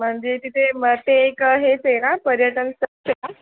म्हणजे तिथे मग ते एक हेच आहे ना पर्यटन स्थळच हे का